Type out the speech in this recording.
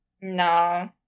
No